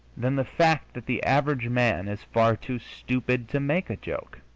than the fact that the average man is far too stupid to make a joke.